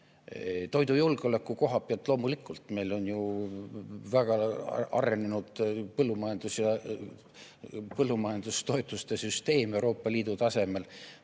Toidujulgeoleku koha pealt, loomulikult, meil on ju väga arenenud põllumajandus ja põllumajandustoetuste süsteem Euroopa Liidu tasemel.